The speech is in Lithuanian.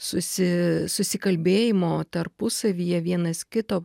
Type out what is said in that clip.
susi susikalbėjimo tarpusavyje vienas kito